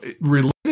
related